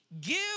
Give